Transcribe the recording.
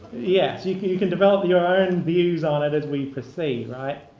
yes, you can you can develop your own views on it as we proceed, right?